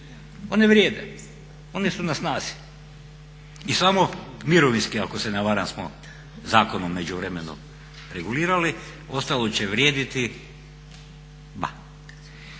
One vrijede, one su na snazi i samo mirovinski ako se ne varam smo zakon u međuvremenu regulirali, ostalo će vrijediti ….